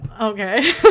okay